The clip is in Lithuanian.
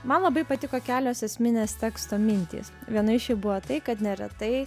man labai patiko kelios esminės teksto mintys viena iš jų buvo tai kad neretai